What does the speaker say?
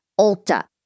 Ulta